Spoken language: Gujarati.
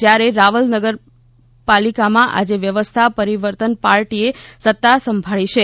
જ્યારે રાવલ નગરપાલિકામાં આજે વ્યવસ્થા પરિવર્તન પાર્ટીએ સતા સંભાળી છે